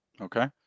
Okay